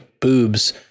Boobs